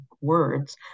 words